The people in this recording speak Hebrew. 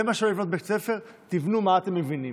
זה מה שצריך לבנות, בית ספר, תבנו מה שאתם מבינים.